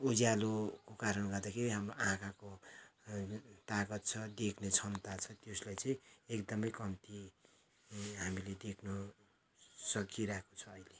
उज्यालो कारणले गर्दाखेरि हाम्रो आँखाको ताकत छ देख्ने क्षमता छ त्यसले चाहिँ एकदमै कम्ती हामीले देख्नु सकिरहेको छ अहिले